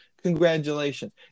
Congratulations